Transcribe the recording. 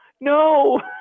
no